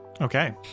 okay